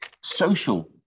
social